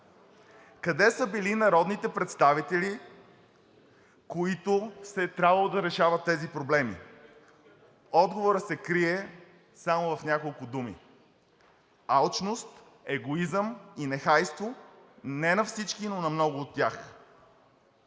Къде са били народните представители, които е трябвало да решават тези проблеми? Отговорът се крие само в няколко думи – алчност, егоизъм и нехайство, не на всички, но на много от тях.